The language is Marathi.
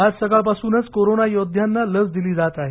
आज सकाळपासूनच कोरोना योद्ध्यांना लस दिली जात आहे